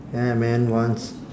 ya man once